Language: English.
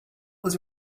was